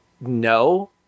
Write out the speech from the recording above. no